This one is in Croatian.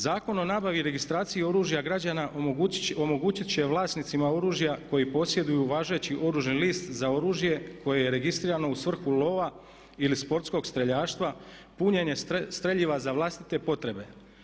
Zakon o nabavi i registraciji oružja građana omogućit će vlasnicima oružja koji posjeduju važeći oružani list za oružje koje je registrirano u svrhu lova ili sportskog streljaštva punjenje streljiva za vlastite potrebe.